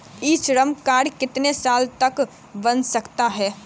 ई Shram card कितने साल तक बन सकता है?